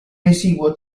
esiguo